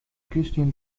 christian